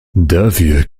dafür